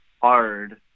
Hard